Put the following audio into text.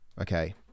Okay